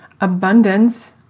abundance